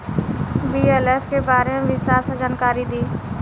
BLF के बारे में विस्तार से जानकारी दी?